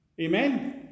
Amen